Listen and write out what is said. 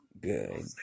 Good